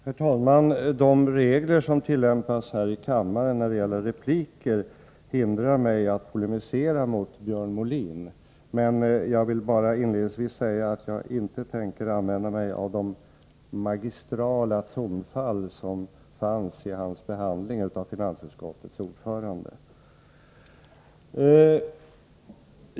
Herr talman! De regler som tillämpas här i kammaren när det gäller repliker hindrar mig att polemisera mot Björn Molin, men jag vill inledningsvis säga att jag inte tänker använda mig av de magistrala tonfall som fanns i hans behandling av finansutskottets ordförande.